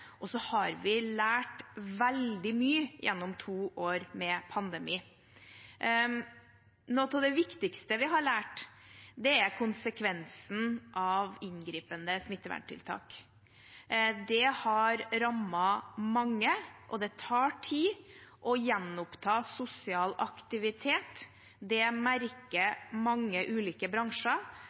har lært veldig mye gjennom to år med pandemi. Noe av det viktigste vi har lært, er konsekvensen av inngripende smitteverntiltak. Det har rammet mange, og det tar tid å gjenoppta sosial aktivitet. Det merker mange ulike bransjer.